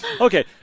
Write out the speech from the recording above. Okay